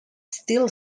still